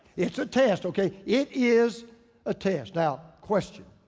it's a test. okay, it is a test. now question,